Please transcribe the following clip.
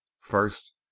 First